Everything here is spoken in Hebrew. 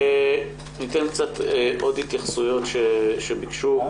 ניתן עוד התייחסויות שביקשו.